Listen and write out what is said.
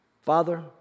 Father